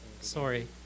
Sorry